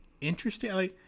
interesting